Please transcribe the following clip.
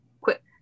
quick